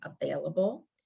available